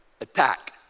attack